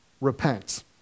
Repent